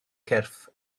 cyrff